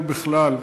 בכלל,